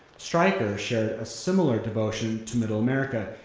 stryker shared a similar devotion to middle america,